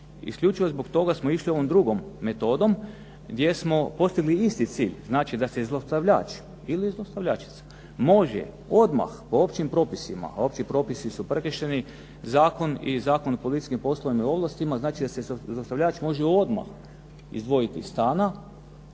Isključivo zbog toga smo išli ovom drugom metodom gdje smo postigli isti cilj. Znači da se zlostavljač ili zlostavljačica može odmah po općim propisima, a opći propisi su prekršeni, zakon i Zakon o policijskim poslovima i ovlastima, znači da se zlostavljač može odmah izdvojiti iz stana.